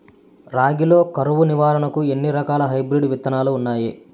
రాగి లో కరువు నివారణకు ఎన్ని రకాల హైబ్రిడ్ విత్తనాలు ఉన్నాయి